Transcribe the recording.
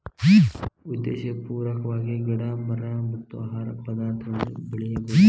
ಉದ್ದೇಶಪೂರ್ವಕವಾಗಿ ಗಿಡಾ ಮರಾ ಮತ್ತ ಆಹಾರ ಪದಾರ್ಥಗಳನ್ನ ಬೆಳಿಯುದು